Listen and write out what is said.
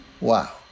wow